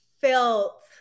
felt